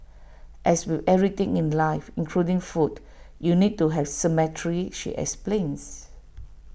as with everything in life including food you need to have symmetry she explains